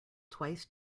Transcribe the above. twice